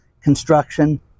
construction